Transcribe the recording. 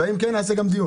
ואם כן, נעשה גם דיון.